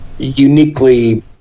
uniquely